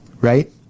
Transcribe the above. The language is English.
right